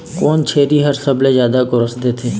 कोन छेरी हर सबले जादा गोरस देथे?